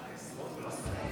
וטופורובסקי.